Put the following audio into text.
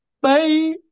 Bye